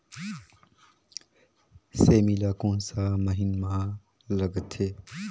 सेमी ला कोन सा महीन मां लगथे?